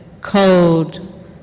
cold